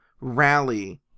rally